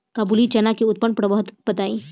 काबुली चना के उन्नत प्रभेद बताई?